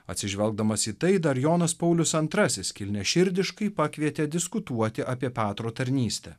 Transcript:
atsižvelgdamas į tai dar jonas paulius antrasis kilniaširdiškai pakvietė diskutuoti apie petro tarnystę